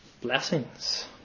blessings